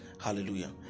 Hallelujah